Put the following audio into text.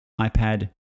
ipad